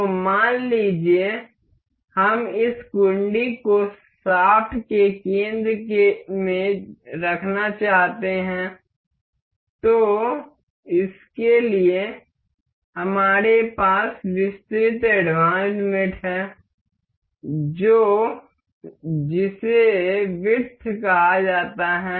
तो मान लीजिए हम इस कुंडी को शाफ्ट के केंद्र में रखना चाहते हैं तो इसके लिए हमारे पास विस्तृत एडवांस्ड मेट है जिसे विड्थ कहा जाता है